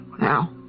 now